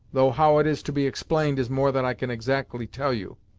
though how it is to be explained is more than i can exactly tell you.